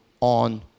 on